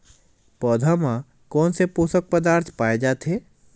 पौधा मा कोन से पोषक पदार्थ पाए जाथे?